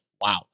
wow